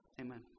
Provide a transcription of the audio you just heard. Amen